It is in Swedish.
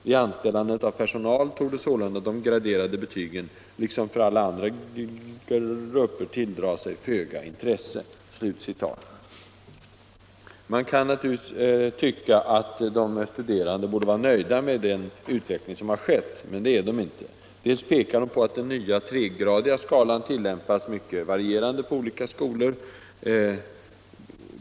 Vid anställandet av personal torde sålunda de graderade betygen liksom för alla andra grupper tilldra sig föga intresse.” Man kan naturligtvis tycka att de studerande borde vara nöjda med den utveckling som skett, men det är de inte. För det första pekar de på att den nya tregradiga skalan tillämpas mycket varierande på olika skolor.